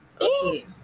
Okay